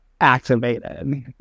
activated